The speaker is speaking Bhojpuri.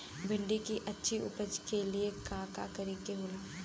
भिंडी की अच्छी उपज के लिए का का करे के होला?